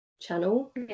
channel